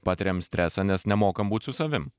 patiriam stresą nes nemokam būt su savim